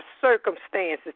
circumstances